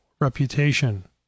reputation